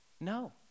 No